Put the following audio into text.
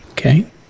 Okay